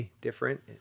different